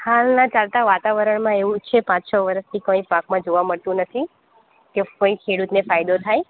હાલના ચાલતા વાતાવરણમાં એવું છે પાંચ છો વરસથી કઈ પાકમાં જોવા મળતું નથી જે કોઈ ખેડૂતને ફાયદો થાય